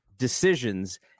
decisions